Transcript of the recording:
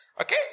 Okay